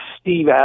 Steve